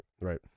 right